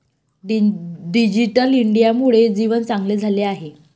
digital इंडियामुळे जीवन चांगले झाले आहे